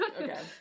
Okay